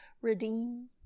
redeem